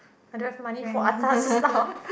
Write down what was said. I don't have money for atas stuff